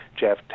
Jeff